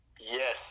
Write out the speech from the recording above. yes